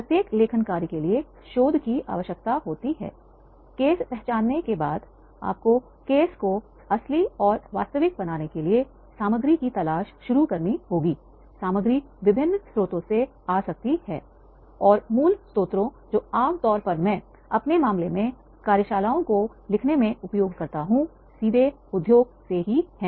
प्रत्येक लेखन कार्य के लिए शोध की आवश्यकता होती है केस पहचानने के बाद आपको केस को असली और वास्तविक बनाने के लिए सामग्री की तलाश शुरू करनी होगी सामग्री विभिन्न स्रोतों से आ सकती है और मूल स्रोतों जो आम तौर पर मैं अपने मामले में कार्यशालाओं को लिखने में उपयोग करता हूं और यह सीधे उद्योग से ही है